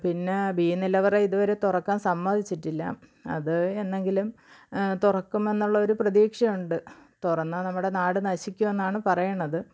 പിന്നെ ബി നിലവറ ഇതുവരെ തുറക്കാൻ സമ്മതിച്ചിട്ടില്ല അത് എന്നെങ്കിലും തുറക്കും എന്നുള്ള ഒരു പ്രതീക്ഷയുണ്ട് തുറന്നാൽ നമ്മുടെ നാട് നശിക്കുമെന്നാണ് പറയണത്